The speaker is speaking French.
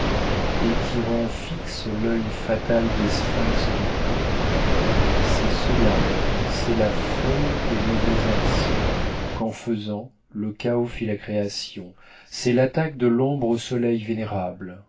et qui rend fixe l'œil fatal des sphinx de thèbe c'est cela c'est la folle et mauvaise action qu'en faisant le chaos fit la création c'est l'attaque de l'ombre au soleil vénérable